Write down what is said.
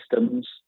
systems